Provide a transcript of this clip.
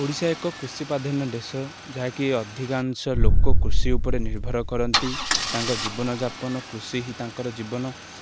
ଓଡ଼ିଶା ଏକ କୃଷିପ୍ରଧାନ ଦେଶ ଯାହାକି ଅଧିକାଂଶ ଲୋକ କୃଷି ଉପରେ ନିର୍ଭର କରନ୍ତି ତାଙ୍କ ଜୀବନଯାପନ କୃଷି ହିଁ ତାଙ୍କର ଜୀବନ